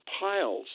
piles